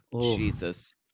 Jesus